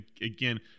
again